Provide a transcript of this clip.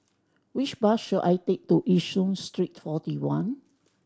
which bus should I take to Yishun Street Forty One